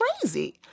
Crazy